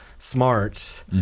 smart